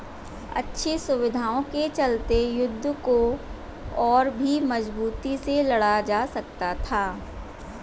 अच्छी सुविधाओं के चलते युद्ध को और भी मजबूती से लड़ा जा सकता था